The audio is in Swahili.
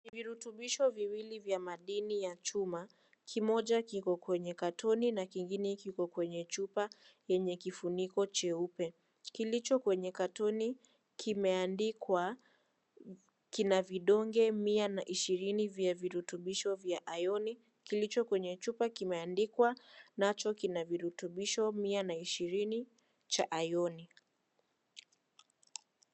Virutubisho viwili vya madini ya chuma kimoja kiko kwenye katoni na kingine kiko kwenye chupa yenye kifuniko cheupe , kilicho kwenye katoni kimeandikwa kina vidonge mia na ishirini vya virutubisho vya ioni kilicho kwenye chupa kimeandikwa nacho kina virutubisho mia na ishirini cha ioni.